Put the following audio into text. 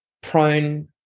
prone